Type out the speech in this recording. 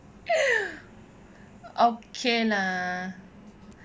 okay lah